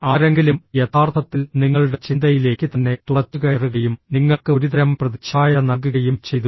ആരെങ്കിലും യഥാർത്ഥത്തിൽ നിങ്ങളുടെ ചിന്തയിലേക്ക് തന്നെ തുളച്ചുകയറുകയും നിങ്ങൾക്ക് ഒരുതരം പ്രതിച്ഛായ നൽകുകയും ചെയ്തു